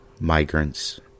migrants